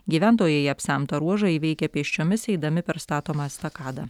gyventojai apsemtą ruožą įveikia pėsčiomis eidami per statomą estakadą